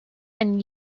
and